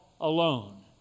alone